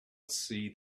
see